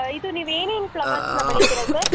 ಇದು ನೀವು ಏನೇನು ಫ್ಲವರ್ಸನ್ನ ಬೆಳಿತೀರಾ ಸರ್